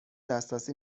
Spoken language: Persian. دسترسی